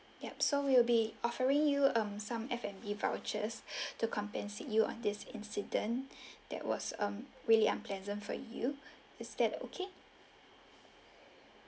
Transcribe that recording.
yup so we will be offering you um some F&B vouchers to compensate you on this incident that was um really unpleasant for you is that okay